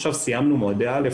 עכשיו סיימנו מועדי א',